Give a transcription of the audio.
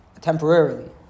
Temporarily